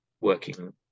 working